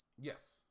Yes